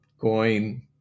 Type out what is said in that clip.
coin